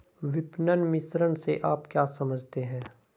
विपणन मिश्रण से आप क्या समझते हैं?